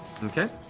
okay.